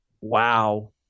wow